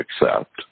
accept